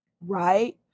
right